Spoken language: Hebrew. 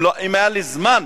אם היה לי זמן,